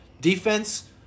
Defense